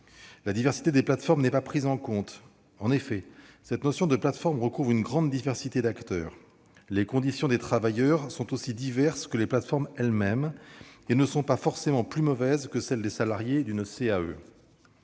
La diversité des plateformes n'est pas prise en compte. En effet, la notion de « plateforme » recouvre une grande diversité d'acteurs. Les conditions des travailleurs sont aussi diverses que les plateformes elles-mêmes et ne sont pas forcément plus mauvaises que celles des salariés d'une CAE.